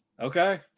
Okay